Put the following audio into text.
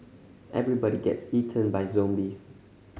everybody gets eaten by zombies